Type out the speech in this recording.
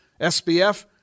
SBF